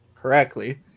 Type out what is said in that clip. correctly